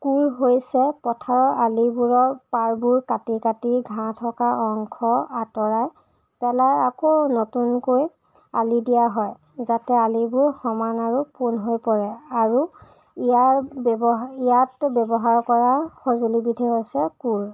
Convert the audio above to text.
কোৰ হৈছে পথাৰৰ আলিবোৰৰ পাৰবোৰ কাটি কাটি ঘাঁহ থকা অংশ আতঁৰাই পেলাই আকৌ নতুনকৈ আলি দিয়া হয় যাতে আলিবোৰ সমান আৰু পোন হৈ পৰে আৰু ইয়াৰ ইয়াত ব্যৱহাৰ কৰা সঁজুলি বিধেই হৈছে কোৰ